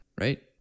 right